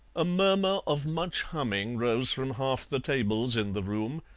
a murmur of much humming rose from half the tables in the room,